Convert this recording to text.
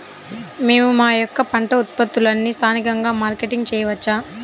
మేము మా యొక్క పంట ఉత్పత్తులని స్థానికంగా మార్కెటింగ్ చేయవచ్చా?